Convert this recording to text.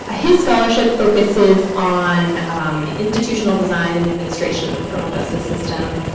ah his scholarship focuses on institutional design and administration of the criminal justice system.